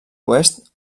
oest